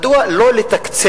מדוע לא לתקצב